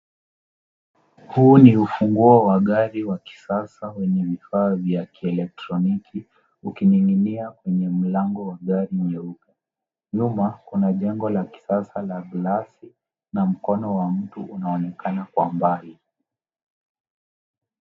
Huu ni ufunguo wa gari wa kisasa wenye vifaa vya kielektroniki ukining'inia kwenye mlango wa gari nyeupe. Nyuma kuna jengo la kisasa la glasi na mkono wa mtu unaonekana kwa mbali.